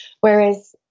Whereas